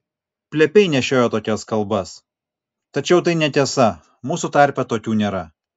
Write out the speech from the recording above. plepiai nešiojo tokias kalbas tačiau tai netiesa mūsų tarpe tokių nėra